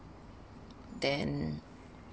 then